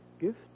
gift